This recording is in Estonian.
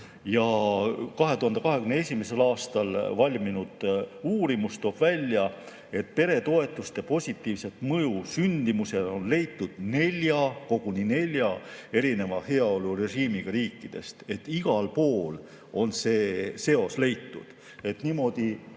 2021. aastal valminud uurimus toob välja, et peretoetuste positiivset mõju sündimusele on leitud neljast, koguni neljast, erineva heaolurežiimiga riigist. Igal pool on see seos leitud. Niimoodi